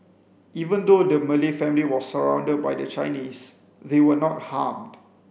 even though the Malay family was surrounded by the Chinese they were not harmed